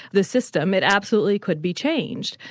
the system, it absolutely could be changed.